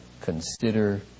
Consider